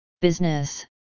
Business